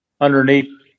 underneath